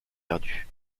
perdu